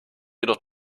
jedoch